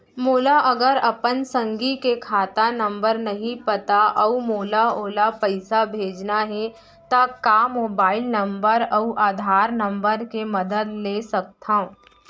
मोला अगर अपन संगी के खाता नंबर नहीं पता अऊ मोला ओला पइसा भेजना हे ता का मोबाईल नंबर अऊ आधार नंबर के मदद ले सकथव?